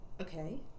Okay